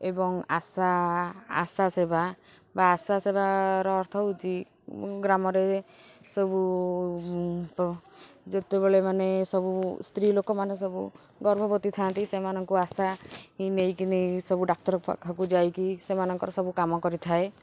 ଏବଂ ଆଶା ଆଶା ସେବା ବା ଆଶା ସେବାର ଅର୍ଥ ହେଉଛି ଗ୍ରାମରେ ସବୁ ଯେତେବେଳେ ମାନେ ସବୁ ସ୍ତ୍ରୀ ଲୋକମାନେ ସବୁ ଗର୍ଭବତୀ ଥାଆନ୍ତି ସେମାନଙ୍କୁ ଆଶା ହିଁ ନେଇକିନି ସବୁ ଡାକ୍ତର ପାଖକୁ ଯାଇକି ସେମାନଙ୍କର ସବୁ କାମ କରିଥାଏ